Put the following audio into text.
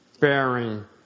bearing